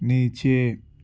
نیچے